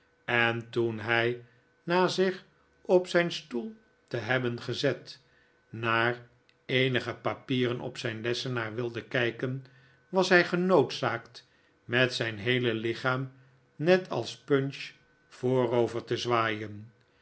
en toen hij na zich op zijn stoel te hebben gezet naar eenige papieren op zijn lessenaar wilde kijken was hij genoodzaakt met zijn heele lichaam net als punch voorover te'zwaaien